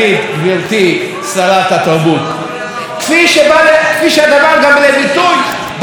כפי שהדבר גם בא לידי ביטוי בחוק שעוד עומד ליפול עלינו,